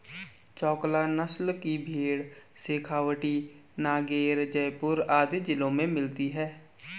चोकला नस्ल की भेंड़ शेखावटी, नागैर, जयपुर आदि जिलों में मिलती हैं